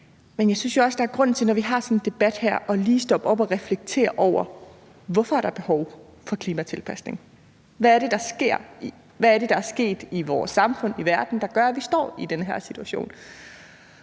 Men jeg synes jo også, at der, når vi har sådan en debat som den her, lige er en grund til at stoppe op og reflektere over, hvorfor der er behov for en klimatilpasning, altså hvad det er, der er sket i vores samfund og i verden, der gør, at vi står i den her situation.